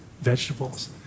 vegetables